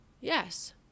Yes